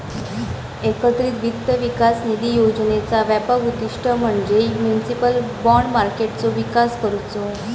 एकत्रित वित्त विकास निधी योजनेचा व्यापक उद्दिष्ट म्हणजे म्युनिसिपल बाँड मार्केटचो विकास करुचो